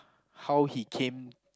how he came